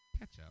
Ketchup